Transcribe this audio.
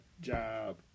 job